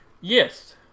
Yes